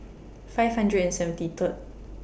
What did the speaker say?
five hundred and seventy Third